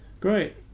great